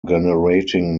generating